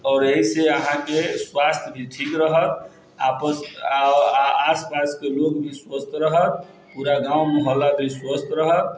आओर एहिसँ अहाँके स्वास्थ्य भी ठीक रहत आपस आओर आसपासके लोक भी स्वस्थ रहत पूरा गाँव मोहल्ला भी स्वस्थ रहत